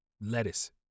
Lettuce